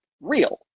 real